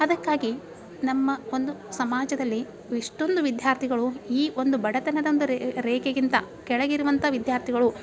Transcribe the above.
ಅದಕ್ಕಾಗಿ ನಮ್ಮ ಒಂದು ಸಮಾಜದಲ್ಲಿ ಇಷ್ಟೊಂದು ವಿದ್ಯಾರ್ಥಿಗಳು ಈ ಒಂದು ಬಡತನದ ಒಂದು ರೇಖೆಗಿಂತ ಕೆಳಗಿರುವಂಥ ವಿದ್ಯಾರ್ಥಿಗಳು